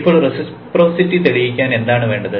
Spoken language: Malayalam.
ഇപ്പോൾ റെസിപ്രോസിറ്റി തെളിയിക്കാൻ എന്താണ് വേണ്ടത്